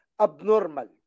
abnormal